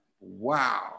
wow